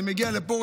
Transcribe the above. אני מגיע לפה,